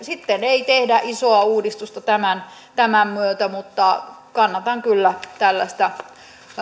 sitten ei tehdä isoa uudistusta tämän tämän myötä kannatan kyllä tällaista